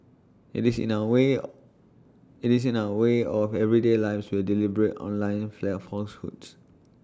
IT is in our way IT is in our way of everyday lives where deliberate online fly A falsehoods